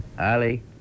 Ali